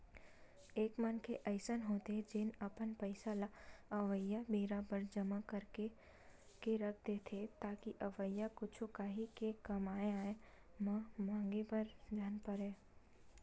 एक मनखे अइसन होथे जेन अपन पइसा ल अवइया बेरा बर जमा करके के रख देथे ताकि अवइया कुछु काही के कामआय म मांगे बर झन परय